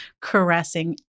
caressing